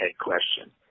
question